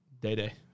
Day-Day